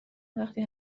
وقتی